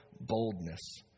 boldness